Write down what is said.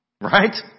Right